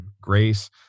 grace